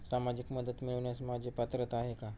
सामाजिक मदत मिळवण्यास माझी पात्रता आहे का?